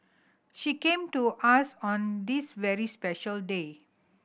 she came to us on this very special day